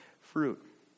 fruit